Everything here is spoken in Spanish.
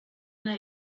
una